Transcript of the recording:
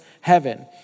heaven